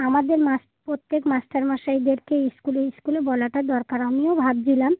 আমাদের মাস প্রত্যেক মাস্টার মশাইদেরকে স্কুলে স্কুলে বলাটা দরকার আমিও ভাবছিলাম